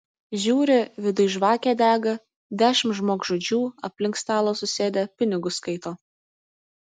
žiūri viduj žvakė dega dešimt žmogžudžių aplink stalą susėdę pinigus skaito